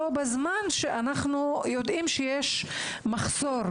וכל זה בזמן שאנחנו יודעים שיש מחסור.